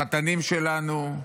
לחתנים שלנו,